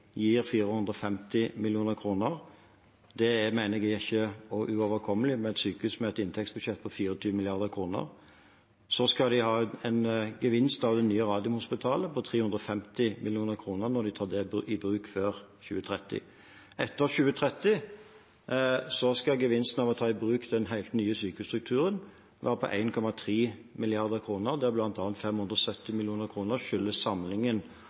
gir 450 mill. kr. Det mener jeg ikke er uoverkommelig for et sykehus med et inntektsbudsjett på 24 mrd. kr. Så skal de ha en gevinst av det nye Radiumhospitalet på 350 mill. kr når de tar det i bruk før 2030. Etter 2030 skal gevinsten av å ta i bruk den helt nye sykehusstrukturen være på 1,3 mrd. kr, der 570 mill. kr skyldes